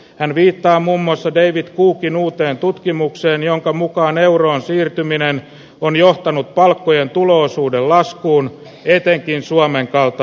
hän viittaa mummosta kreivit cupin uuteen tutkimukseen jonka mukaan euroon siirtyminen on johtanut palokujien tulo osuuden laskuun etenkin suomen kautta